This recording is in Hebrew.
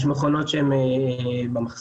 יש מכונות שהן במחסנים,